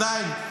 עדיין,